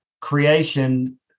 creation